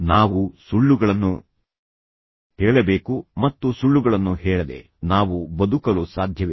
ನಾವು ಸುಳ್ಳುಗಳನ್ನು ಹೇಳಬೇಕು ಮತ್ತು ಸುಳ್ಳುಗಳನ್ನು ಹೇಳದೆ ನಾವು ಬದುಕಲು ಸಾಧ್ಯವಿಲ್ಲ